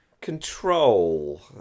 control